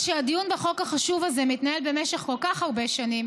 כשהדיון בחוק החשוב הזה מתנהל במשך כל כך הרבה שנים